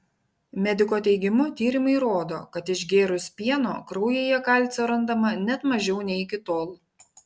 mediko teigimu tyrimai rodo kad išgėrus pieno kraujyje kalcio randama net mažiau nei iki tol